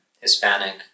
Hispanic